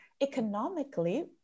economically